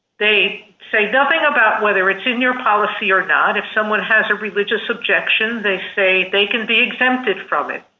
they say nothing about whether it's in your policy or not if someone has a religious objection. they say they can be exempted from it.